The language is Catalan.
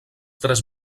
tres